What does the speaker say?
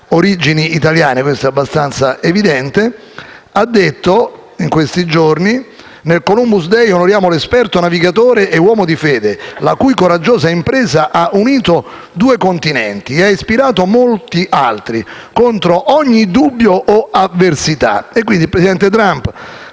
origini italiane e questo è abbastanza evidente) ha detto in questi giorni: «Nel Columbus day noi onoriamo l'esperto navigatore e uomo di fede, la cui coraggiosa impresa ha unito due Continenti e ha ispirato molti altri, contro ogni dubbio o avversità». Il presidente Trump